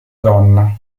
donna